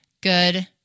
good